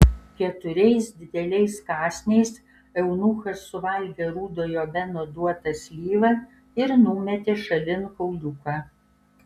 keturiais dideliais kąsniais eunuchas suvalgė rudojo beno duotą slyvą ir numetė šalin kauliuką